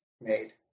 made